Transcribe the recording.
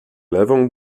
lewą